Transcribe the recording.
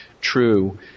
true